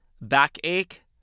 backache